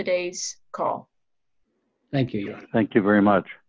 today's call thank you thank you very much